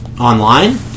Online